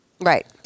Right